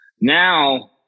Now